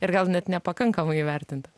ir gal net nepakankamai įvertintas